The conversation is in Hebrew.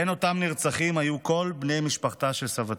בין אותם נרצחים היו כל בני משפחתה של סבתי.